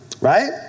Right